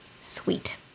Sweet